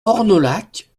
ornolac